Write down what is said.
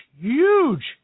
huge